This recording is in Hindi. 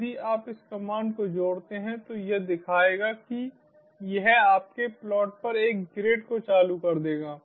यदि आप इस कमांड को जोड़ते हैं तो यह दिखाएगा कि यह आपके प्लॉट पर एक ग्रिड को चालू कर देगा